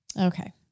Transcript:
okay